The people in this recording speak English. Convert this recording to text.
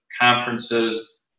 conferences